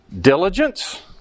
diligence